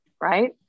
Right